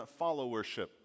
followership